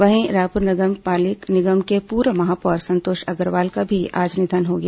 वहीं रायपुर नगर पालिक निगम के पूर्व महापौर संतोष अग्रवाल का भी आज निधन हो गया